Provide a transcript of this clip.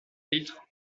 titres